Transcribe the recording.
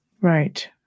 Right